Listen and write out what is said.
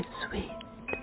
sweet